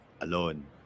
alone